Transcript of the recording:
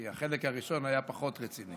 כי החלק הראשון היה פחות רציני.